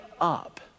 up